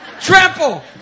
trample